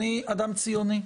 אני אדם ציוני.